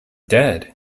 dead